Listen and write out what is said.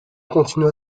continua